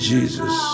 Jesus